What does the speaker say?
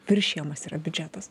viršijamas yra biudžetas